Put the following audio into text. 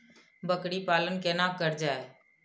बकरी पालन केना कर जाय?